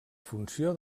funció